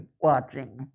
watching